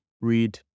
read